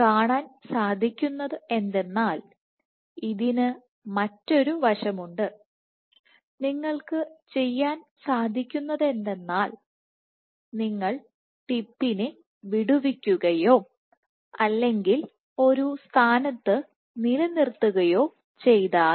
കാണാൻ സാധിക്കുന്നത് എന്തെന്നാൽ ഇതിന് മറ്റൊരു വശമുണ്ട് നിങ്ങൾക്ക് ചെയ്യാൻ സാധിക്കുന്നത് എന്തെന്നാൽ നിങ്ങൾ ടിപ്പിനെ വിടുവിക്കുകയോ അല്ലെങ്കിൽ ഒരു സ്ഥാനത്ത് നിലനിർത്തുകയോ ചെയ്താൽ